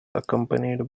accompanied